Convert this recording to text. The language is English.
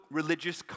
religious